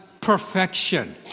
perfection